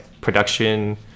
production